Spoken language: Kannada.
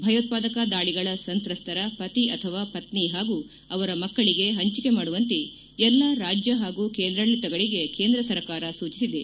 ಭಯೋತ್ವಾದಕ ದಾಳಿಗಳ ಸಂತ್ರಸ್ತರ ಪತಿ ಅಥವಾ ಪತ್ನಿ ಹಾಗೂ ಅವರ ಮಕ್ಕಳಿಗೆ ಪಂಚಿಕೆ ಮಾಡುವಂತೆ ಎಲ್ಲ ರಾಜ್ಯ ಹಾಗೂ ಕೇಂದ್ರಾಡಳಿತಗಳಿಗೆ ಕೇಂದ್ರ ಸರ್ಕಾರ ಸೂಜಿಸಿದೆ